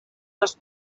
dels